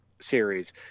series